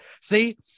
see